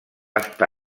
està